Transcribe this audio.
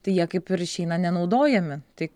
tai jie kaip ir išeina nenaudojami tai